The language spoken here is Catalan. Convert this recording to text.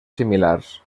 similars